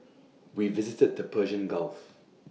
we visited the Persian gulf